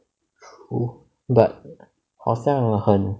oh but 好像很